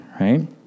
right